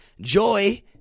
joy